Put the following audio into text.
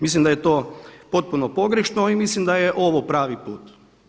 Mislim da je to potpuno pogrešno a i mislim da je ovo pravi put.